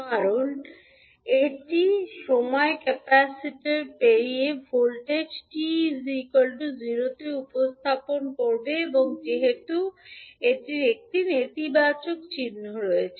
কারণ এটি সময় ক্যাপাসিটর পেরিয়ে ভোল্টেজকে t 0 তে উপস্থাপন করবে এবং যেহেতু এটির একটি নেতিবাচক চিহ্ন রয়েছে